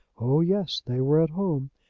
oh, yes they were at home.